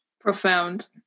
Profound